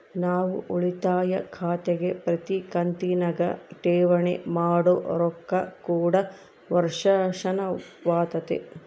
ನಾವು ಉಳಿತಾಯ ಖಾತೆಗೆ ಪ್ರತಿ ಕಂತಿನಗ ಠೇವಣಿ ಮಾಡೊ ರೊಕ್ಕ ಕೂಡ ವರ್ಷಾಶನವಾತತೆ